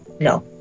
No